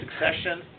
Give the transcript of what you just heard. succession